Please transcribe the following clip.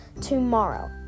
tomorrow